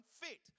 fit